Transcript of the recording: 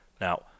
Now